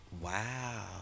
wow